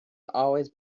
always